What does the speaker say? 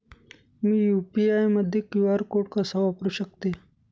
मी UPI मध्ये QR code कसा वापरु शकते?